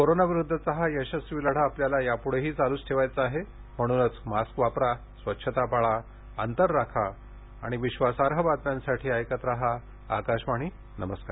कोरोनाविरुद्धचा हा यशस्वी लढा आपल्याला यापुढेही चालू ठेवायचा आहे म्हणूनच मास्क वापरा स्वच्छता पाळा अंतर राखा आणि विश्वासार्ह बातम्यांसाठी ऐकत रहा आकाशवाणी नमरकार